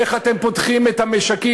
איך אתם פותחים את המשקים?